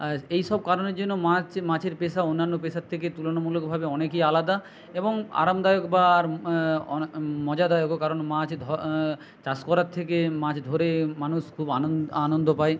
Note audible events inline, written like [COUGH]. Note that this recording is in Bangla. আর এইসব কারণের জন্য মাছ মাছের পেশা অন্যান্য পেশার থেকে তুলনামূলকভাবে অনেকই আলাদা এবং আরামদায়ক বা আর মজাদায়কও কারণ মাছ [UNINTELLIGIBLE] চাষ করার থেকে মাছ ধরে মানুষ খুব আনন্দ পায়